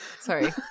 Sorry